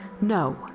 No